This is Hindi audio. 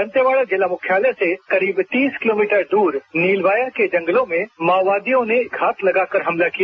दंतेवाड़ा जिला मुख्यालय से करीब तीस किलोमीटर दूर नीलवाया के जंगलों में माओवादियों ने घात लगाकर हमला किया